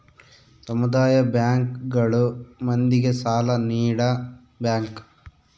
ಸಮುದಾಯ ಬ್ಯಾಂಕ್ ಗಳು ಮಂದಿಗೆ ಸಾಲ ನೀಡ ಬ್ಯಾಂಕ್